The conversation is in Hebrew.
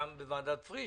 גם בוועדת פריש,